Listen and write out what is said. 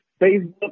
Facebook